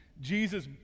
Jesus